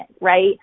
Right